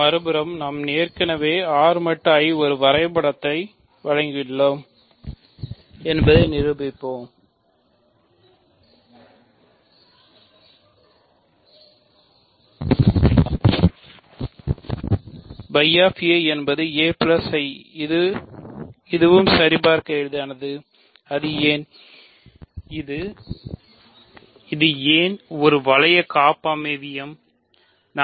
மறுபுறம் நாம் ஏற்கனவே R மட்டு I க்கு ஒரு வரைபடத்தை என எழுதலாம்